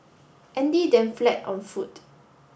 Andy then fled on foot